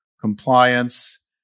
compliance